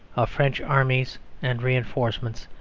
of french armies and reinforcements,